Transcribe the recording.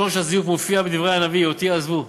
שורש הזיוף מופיע בדברי הנביא: "אותי עזבו".